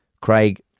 Craig